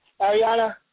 Ariana